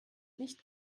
nicht